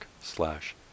slash